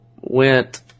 went